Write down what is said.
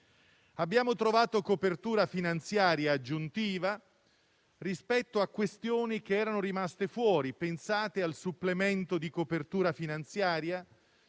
Abbiamo trovato copertura finanziaria aggiuntiva rispetto a questioni che erano rimaste fuori. Pensate al supplemento di copertura finanziaria